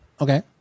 Okay